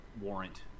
warrant